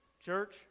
church